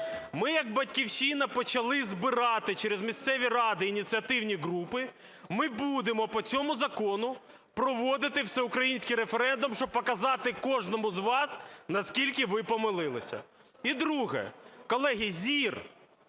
Ми як "Батьківщина" почали збирати через місцеві ради ініціативні групи. Ми будемо по цьому закону проводити всеукраїнський референдум, щоб показати кожному з вас, наскільки ви помилилися. І друге. Колеги, зір.